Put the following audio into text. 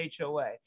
HOA